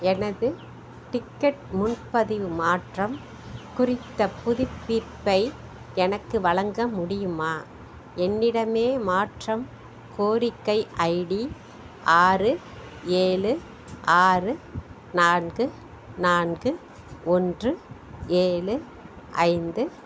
எனது டிக்கெட் முன்பதிவு மாற்றம் குறித்த புதுப்பிப்பை எனக்கு வழங்க முடியுமா என்னிடமே மாற்றம் கோரிக்கை ஐடி ஆறு ஏழு ஆறு நான்கு நான்கு ஒன்று ஏழு ஐந்து